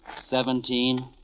Seventeen